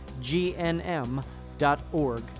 GNM.org